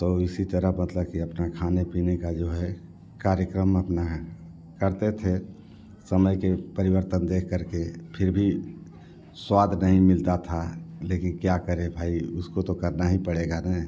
तो इसी तरह मतलब कि अपना खाने पीने का जो है कारिक्रम अपना करते थे समय के परिवर्तन देखकर के फिर भी स्वाद नहीं मिलता था लेकिन क्या करे भई उसको तो करना ही पड़ेगा न